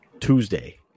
Tuesday